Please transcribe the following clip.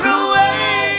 away